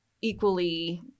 equally